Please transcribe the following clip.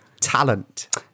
Talent